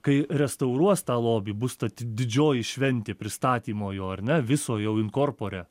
kai restauruos tą lobį bus ta didžioji šventė pristatymo jo ar ne viso jau in corpore